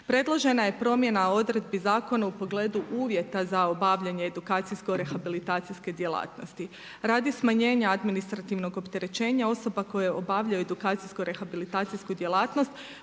Predložena je promjena odredbi zakona u pogledu uvjeta za obavljanje edukacijsko rehabilitacijske djelatnosti. Radi smanjenja administrativnog opterećenja osoba koje obavljaju edukacijsko rehabilitacijsku djelatnost